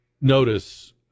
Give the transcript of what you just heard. notice